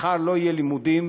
מחר לא יהיו לימודים,